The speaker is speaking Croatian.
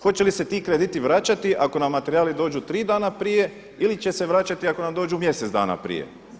Hoće li se ti krediti vraćati, ako nam materijali dođu tri dana prije ili će se vraćati ako nam dođu mjesec dana prije?